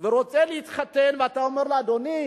ורוצה להתחתן, אתה אומר לו: אדוני,